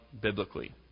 biblically